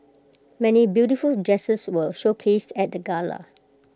many beautiful dresses were showcased at the gala